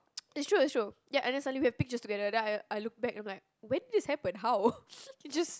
it's true is true ya and then suddenly we have pictures together then I I look back I'm like when this happen how it just